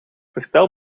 vertel